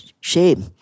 shame